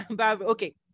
Okay